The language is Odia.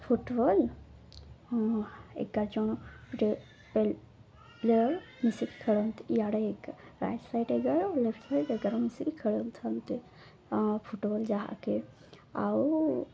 ଫୁଟବଲ୍ ଏଗାର ଜଣ ପ୍ଲେୟାର୍ ମିଶିକି ଖେଳନ୍ତି ଇଆଡ଼ ଏଗ ରାଇଟ୍ ସାଇଡ଼୍ ଏଗାର ଆଉ ଲେଫ୍ଟ ସାଇଡ଼୍ ଏଗାର ମିଶିକି ଖେଳୁଥାନ୍ତି ଫୁଟବଲ୍ ଯାହାକି ଆଉ